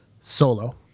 solo